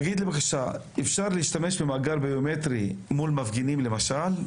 אפשר להשתמש במאגר ביומטרי מול מפגינים למשל,